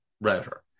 router